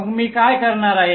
मग मी काय करणार आहे